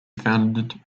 founded